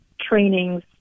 trainings